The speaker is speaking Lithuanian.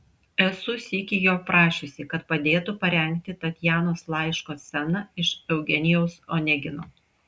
esu sykį jo prašiusi kad padėtų parengti tatjanos laiško sceną iš eugenijaus onegino